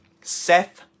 Seth